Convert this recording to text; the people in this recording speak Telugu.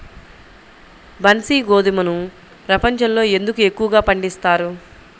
బన్సీ గోధుమను ప్రపంచంలో ఎందుకు ఎక్కువగా పండిస్తారు?